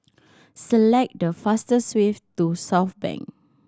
select the fastest way to Southbank